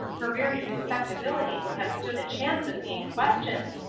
her very respectability would have stood a chance of being questioned!